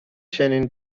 چنین